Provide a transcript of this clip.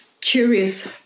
curious